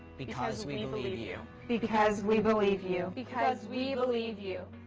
because we believe you. because we believe you. because we believe you.